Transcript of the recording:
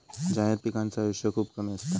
जायद पिकांचा आयुष्य खूप कमी असता